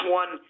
one